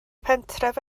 pentref